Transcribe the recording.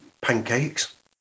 pancakes